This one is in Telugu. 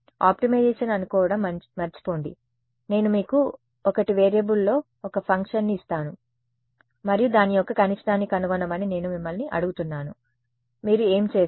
ఆప్టిమైజేషన్ అనుకోవడం మర్చిపోండి నేను మీకు 1 వేరియబుల్లో ఒక ఫంక్షన్ని ఇస్తాను మరియు దాని యొక్క కనిష్టాన్ని కనుగొనమని నేను మిమ్మల్ని అడుగుతున్నాను మీరు ఏమి చేస్తారు